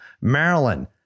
Maryland